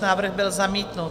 Návrh byl zamítnut.